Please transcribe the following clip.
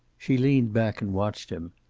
she leaned back and watched him.